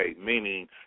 meaning